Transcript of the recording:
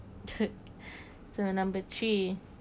uh so number three